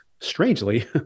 strangely